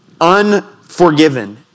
unforgiven